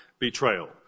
Betrayal